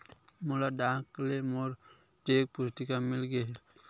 मोला डाक ले मोर चेक पुस्तिका मिल गे हे